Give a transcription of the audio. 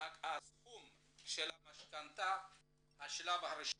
סכום המשכנתא בשלב הראשון,